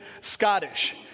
Scottish